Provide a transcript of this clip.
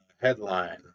headline